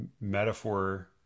metaphor